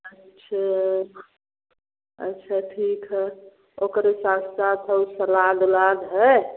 अच्छा अच्छा ठीक है ओकरे साथ साथ और सलाद उलाद है